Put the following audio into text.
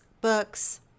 books